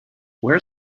where